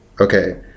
Okay